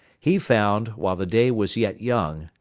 he found, while the day was yet young,